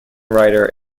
writer